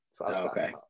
Okay